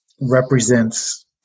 represents